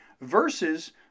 versus